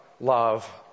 love